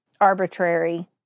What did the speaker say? arbitrary